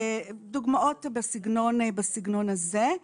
ודוגמאות בסגנון הזה.